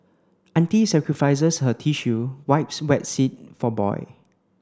auntie sacrifices her tissue wipes wet seat for boy